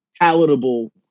palatable